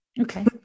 Okay